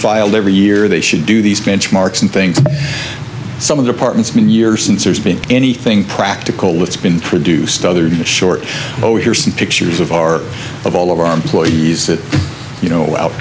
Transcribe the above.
filed every year they should do these benchmarks and things some of the apartments been years since there's been anything practical it's been produced other the short oh here are some pictures of our of all of our employees that you know out